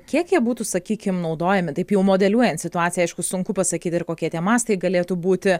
kiek jie būtų sakykim naudojami taip jau modeliuojant situaciją aišku sunku pasakyti ir kokie tie mastai galėtų būti